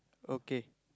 okay